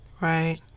right